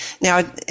Now